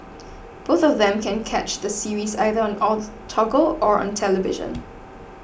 both of them can catch the series either on or Toggle or on television